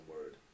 word